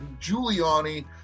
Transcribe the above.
giuliani